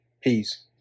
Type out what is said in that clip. Peace